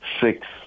six